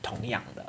同样的